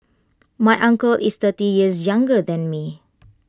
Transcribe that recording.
my uncle is thirty years younger than me